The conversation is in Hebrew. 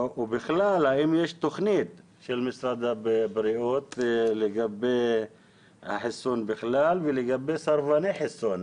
האם יש תוכנית של משרד הבריאות לגבי החיסון בכלל ולגבי סרבני חיסון?